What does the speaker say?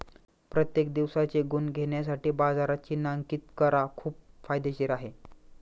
प्रत्येक दिवसाचे गुण घेण्यासाठी बाजारात चिन्हांकित करा खूप फायदेशीर आहे